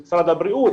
ידי משרד הבריאות,